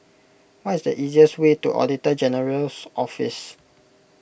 what is the easiest way to Auditor General's Office